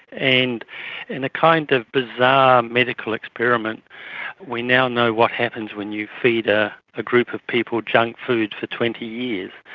and in a kind of bizarre medical experiment we now know what happens when you feed ah a group of people junk food for twenty years.